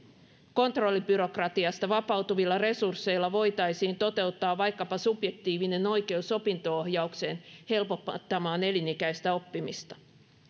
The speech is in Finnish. kontrollibyrokratiasta vapautuvilla resursseilla voitaisiin toteuttaa vaikkapa subjektiivinen oikeus opinto ohjaukseen helpottamaan elinikäistä oppimista